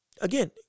Again